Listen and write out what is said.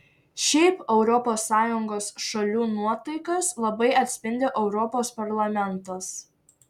šiaip europos sąjungos šalių nuotaikas labai atspindi europos parlamentas